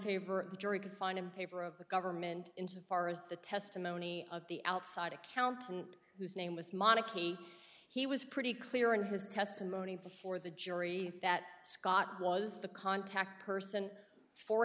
favor of the jury could find him paper of the government into far as the testimony of the outside accountant whose name was monica he was pretty clear in his testimony before the jury that scott was the contact person for